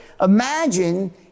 Imagine